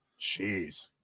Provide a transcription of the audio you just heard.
Jeez